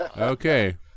Okay